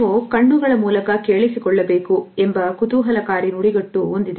ನಾವು ಕಣ್ಣುಗಳ ಮೂಲಕ ಕೇಳಿಸಿಕೊಳ್ಳಬೇಕು ಎಂಬ ಕುತೂಹಲಕಾರಿ ನುಡಿಗಟ್ಟು ಒಂದಿದೆ